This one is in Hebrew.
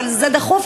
אבל זה דחוף,